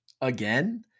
again